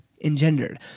engendered